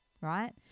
right